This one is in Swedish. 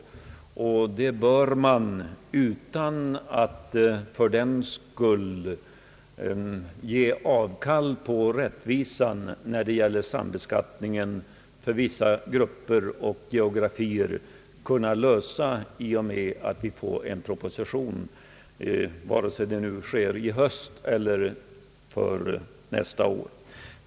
Det bör man, utan att för den skull göra avkall på rättvisan när det gäller sambeskattningen för vissa grupper, kunna rätta till i och med att en proposition läggs fram, vare sig det sker i höst eller nästa år.